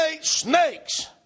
snakes